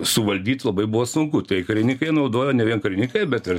suvaldyt labai buvo sunku tai karinykai naudojo ne vien karinykai bet ir